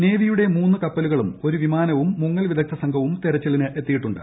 നേവിയുടെ മ്ലൂന്ന് കപ്പലുകളും ഒരു വിമാനവും മുങ്ങൽ വിദഗ്ദ്ധ സംഘവും തെരച്ചിലിന് എത്തിയിട്ടുണ്ട്